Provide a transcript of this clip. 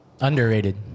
Underrated